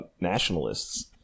nationalists